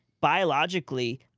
biologically